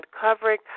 covering